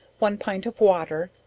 one pint of water,